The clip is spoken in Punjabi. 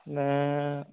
ਮੈਂ